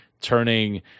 turning